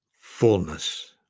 fullness